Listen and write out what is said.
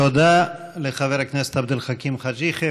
תודה לחבר הכנסת עבד אל חכים חאג' יחיא.